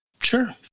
Sure